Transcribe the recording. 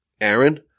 Aaron